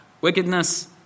wickedness